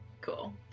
cool